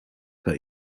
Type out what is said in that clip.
per